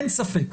אין ספק,